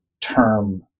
term